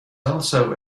also